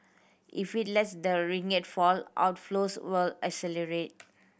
if it lets the ringgit fall outflows will accelerate